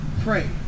pray